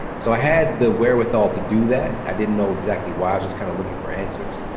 so i had the wherewithal to do that. i didn't know exactly why. i was just kind of looking for answers,